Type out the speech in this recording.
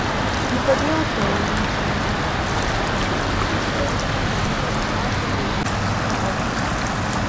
ji padėjo taurę paėmė metalo veidrodį ir nubraukė nuo veido chna padažytus plaukus